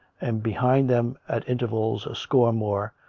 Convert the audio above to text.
and behind them, at intervals, a score more,